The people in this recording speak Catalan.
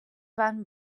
van